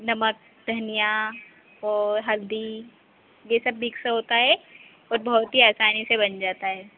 नमक धनिया और हल्दी यह सब मिक्स होता है और बहुत ही आसानी से बन जाता है